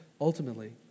ultimately